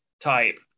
type